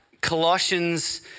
Colossians